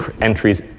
entries